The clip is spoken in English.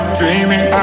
dreaming